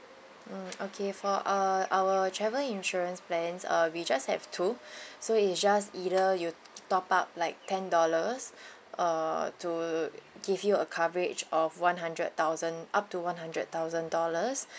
mm okay for uh our travel insurance plans uh we just have two so it's just either you top up like ten dollars uh to give you a coverage of one hundred thousand up to one hundred thousand dollars